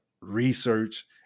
research